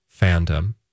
fandom